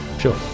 sure